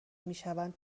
میشوند